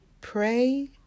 Pray